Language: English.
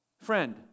friend